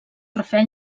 rafael